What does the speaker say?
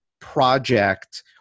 project